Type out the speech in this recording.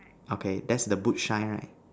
okay that's the boot shine right